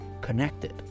connected